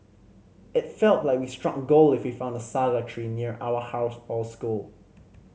it felt like we struck gold if we found a saga tree near our house or school